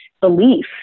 belief